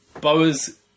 Boa's